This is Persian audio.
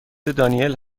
دانیل